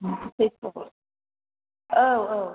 औ औ